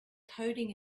coding